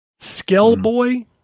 skellboy